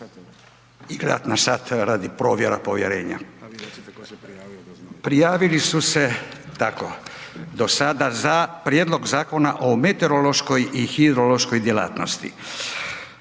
I gledati na sat radi provjere povjerenja. Prijavili su se do sada za: - Prijedlog Zakona o meteorološkoj i hidrološkoj djelatnosti,